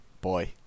boy